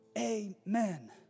amen